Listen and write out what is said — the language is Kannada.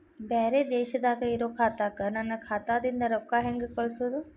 ಬ್ಯಾರೆ ದೇಶದಾಗ ಇರೋ ಖಾತಾಕ್ಕ ನನ್ನ ಖಾತಾದಿಂದ ರೊಕ್ಕ ಹೆಂಗ್ ಕಳಸೋದು?